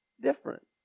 different